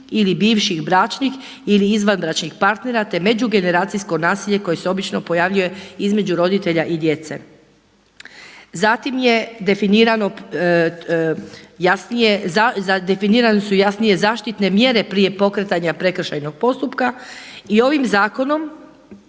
ili bivših bračnih ili izvanbračnih partnera te međugeneracijsko nasilje koje se obično pojavljuje između roditelja i djece. Zatim je definirano jasnije, definirani su jasnije zaštitne mjere prije pokretanja prekršajnog postupka i ovim zakonom